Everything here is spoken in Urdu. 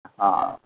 ہاں